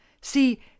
see